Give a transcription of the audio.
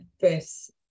first